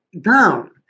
down